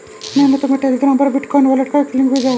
मैंने तुम्हें टेलीग्राम पर बिटकॉइन वॉलेट का लिंक भेजा है